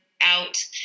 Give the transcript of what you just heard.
out